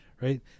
right